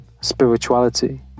spirituality